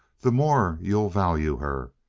the more you'll value her.